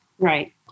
Right